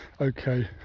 Okay